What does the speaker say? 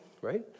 right